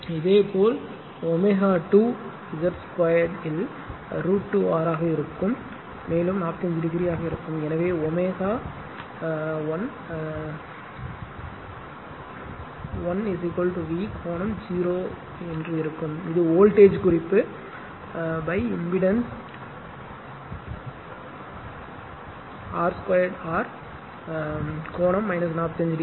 இதேபோல் ω2 Z 2 இல் √ 2 R ஆக இருக்கும் மேலும் 45 டிகிரியாக இருக்கும் எனவே ω 1 I 1 V கோணம் 0 இருக்கும் இது வோல்ட்டேஜ் குறிப்பு இம்பெடன்ஸ் R 2 ஆர் கோணம் 45 டிகிரி